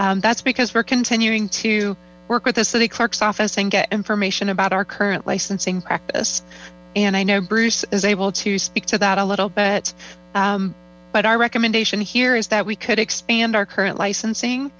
packets that's because we're continuing to work with the city clerk's office get information about our current licensing practice and i know bruce is able to speak to that a little bit but our recommendation here is that we could expand our current licensing